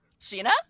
Sheena